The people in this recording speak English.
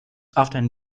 often